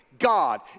God